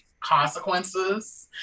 consequences